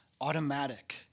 automatic